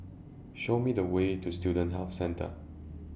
Show Me The Way to Student Health Centre